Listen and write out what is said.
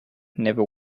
never